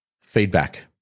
feedback